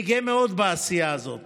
אני גאה מאוד בעשייה הזאת